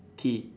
tea